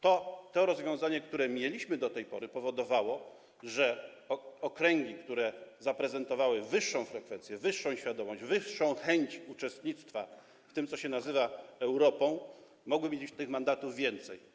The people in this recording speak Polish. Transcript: To rozwiązanie, które mieliśmy do tej pory, powodowało, że okręgi, które zaprezentowały wyższą frekwencję, wyższą świadomość, wyższą chęć uczestnictwa w tym, co się nazywa Europą, mogły mieć tych mandatów więcej.